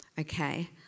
okay